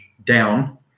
Down